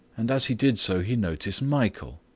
and as he did so he noticed michael.